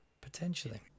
Potentially